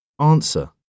Answer